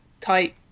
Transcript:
type